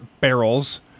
barrels